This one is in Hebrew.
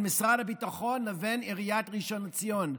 משרד הביטחון לבין עיריית ראשון לציון.